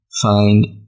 find